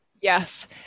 Yes